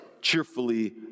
cheerfully